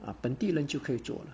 uh 本地人就可以做了